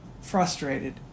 frustrated